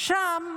שם,